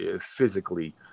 physically